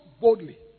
boldly